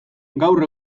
gaur